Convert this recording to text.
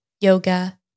yoga